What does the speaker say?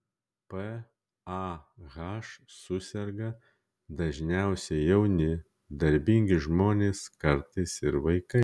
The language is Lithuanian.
pah suserga dažniausiai jauni darbingi žmonės kartais ir vaikai